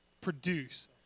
produce